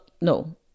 No